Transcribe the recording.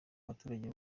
abaturage